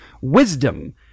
wisdom